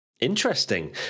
Interesting